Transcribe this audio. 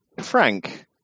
Frank